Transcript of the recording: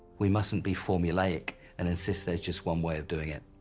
we mustn't be formulaic and insist that's just one way of doing it